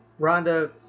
Rhonda